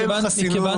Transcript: אין חסינות,